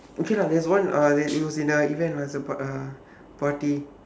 okay lah there's one uh that it was in a event lah it's a part~ uh party